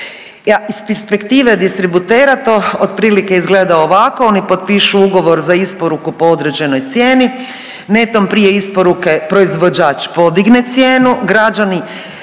iz perspektive distributera, to otprilike izgleda ovako, oni potpišu ugovor za isporuku po određenoj cijeni, netom prije isporuke proizvođač podigne cijenu, građani